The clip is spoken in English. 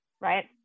right